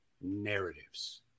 narratives